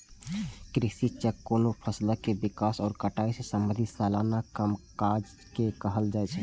कृषि चक्र कोनो फसलक विकास आ कटाई सं संबंधित सलाना कामकाज के कहल जाइ छै